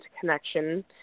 connection